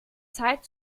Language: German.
zeit